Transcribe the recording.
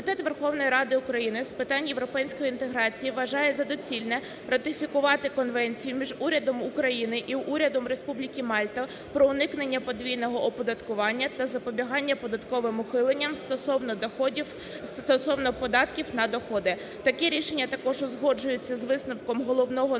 Комітет Верховної Ради України з питань європейської інтеграції вважає за доцільне ратифікувати Конвенцію між Урядом України і Урядом Республіки Мальта про уникнення подвійного оподаткування та запобігання податковим ухиленням стосовно доходів, стосовно податків на доходи. Таке рішення також узгоджується з висновком Головного